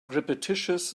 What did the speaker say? repetitious